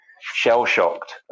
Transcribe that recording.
shell-shocked